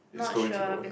it's going to go ahead